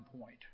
point